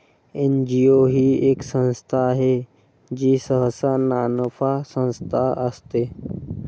NGO ही एक संस्था आहे जी सहसा नानफा संस्था असते